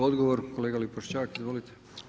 Odgovor kolega Lipošćak, izvolite.